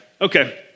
Okay